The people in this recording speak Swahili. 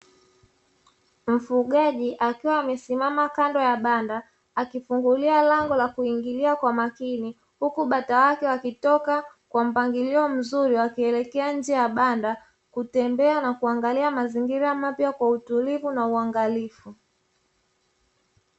Mfugaji akiwa amesimama kando ya banda akifungulia lango la kuingilia kwa makini, huku bata wake wakitoka kwa mpangilio mzuri wakielekea nje ya banda kutembea na kuangalia mazingira mapya kwa utulivu na uangalifu.